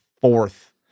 fourth